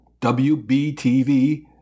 WBTV